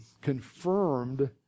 confirmed